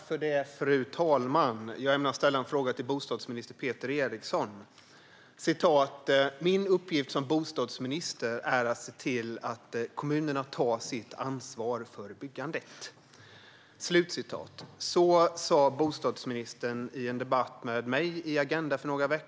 Fru talman! Jag ämnar ställa en fråga till bostadsminister Peter Eriksson. I en debatt med mig i Agenda för några veckor sedan sa Peter Eriksson att hans uppgift som bostadsminister är att se till att kommunerna tar sitt ansvar för byggandet.